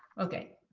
okay.